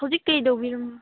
ꯍꯧꯖꯤꯛ ꯀꯩꯗꯧꯕꯤꯔꯝ